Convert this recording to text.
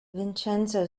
vincenzo